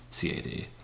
CAD